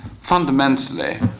fundamentally